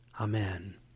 Amen